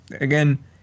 again